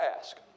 ask